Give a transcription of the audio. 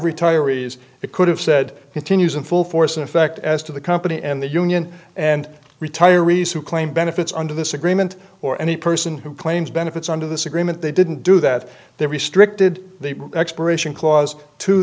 retirees it could have said continues in full force in effect as to the company and the union and retirees who claim benefits under this agreement or any person who claims benefits under this agreement they didn't do that they restricted the expiration clause to